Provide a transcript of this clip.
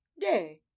day